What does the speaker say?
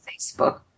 Facebook